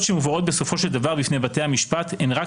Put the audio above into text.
ההחלטות המובאות בסופו של דבר בפני בתי המשפט הן רק